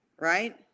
right